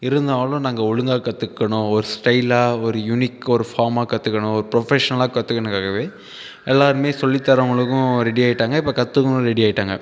இருந்தாலும் நாங்கள் ஒழுங்காக கற்றுக்கணும் ஒரு ஸ்டைலாக ஒரு யுனிக் ஒரு ஃபார்மாக கற்றுக்கணும் ஒரு ப்ரொஃபஷனலாக கற்றுக்கணுங்காகவே எல்லாருமே சொல்லித் தரவங்களுக்கும் ரெடி ஆகிட்டாங்க இப்போ கற்றுக்கிறவங்களும் ரெடி ஆகிட்டாங்க